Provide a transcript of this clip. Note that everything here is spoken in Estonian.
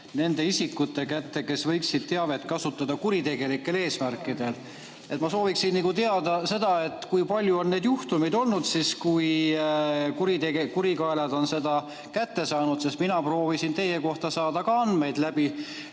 nende isikute kätte, kes võiksid seda kasutada kuritegelikel eesmärkidel. Ma sooviksin teada, kui palju on neid juhtumeid olnud, kus kurikaelad on teabe kätte saanud. Mina proovisin ka teie kohta saada andmeid läbi